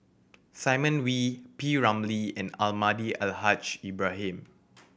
Simon Wee P Ramlee and Almahdi Al Haj Ibrahim